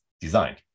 designed